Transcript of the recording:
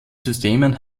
systemen